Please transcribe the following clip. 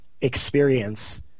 experience